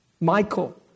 Michael